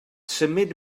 symud